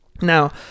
Now